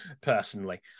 personally